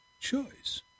choice